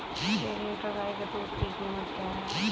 एक लीटर गाय के दूध की कीमत क्या है?